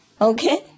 Okay